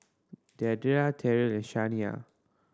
Deidra Terrill and Shania